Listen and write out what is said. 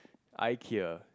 Ikea